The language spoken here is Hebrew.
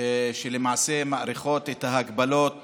שלמעשה מאריכות את ההגבלות